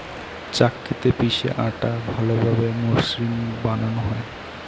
চাক্কিতে পিষে আটা ভালোভাবে মসৃন বানানো হয়